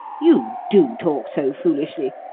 you do talk so foolishly.